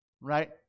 right